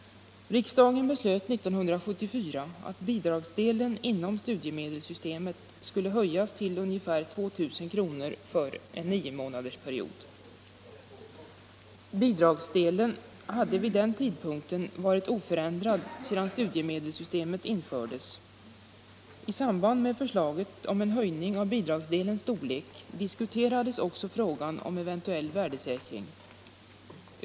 Riksdagen beslöt 1974 att bidragsdelen inom studiemedelssystemet skulle höjas till ungefär 2000 kr. för en niomånadersperiod. Bidragsdelen hade vid denna tidpunkt varit oförändrad sedan studiemedelssystemet infördes. I samband med behandlingen av förslaget om en höjning av bidragsdelens storlek diskuterades också frågan om eventuell värdesäkring.